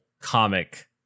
comic